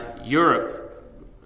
Europe